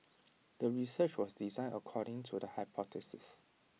the research was designed according to the hypothesis